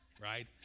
right